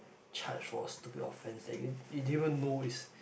charged for stupid offense that you you didn't even know is